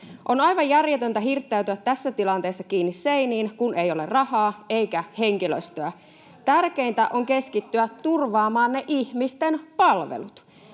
On aivan järjetöntä hirttäytyä tässä tilanteessa kiinni seiniin, kun ei ole rahaa eikä henkilöstöä. Tärkeintä on keskittyä turvaamaan ne ihmisten palvelut.